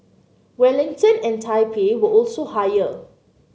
Wellington and Taipei were also higher